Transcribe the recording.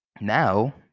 Now